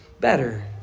better